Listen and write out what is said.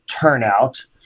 turnout